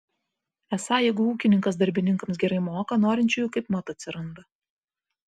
esą jeigu ūkininkas darbininkams gerai moka norinčiųjų kaipmat atsiranda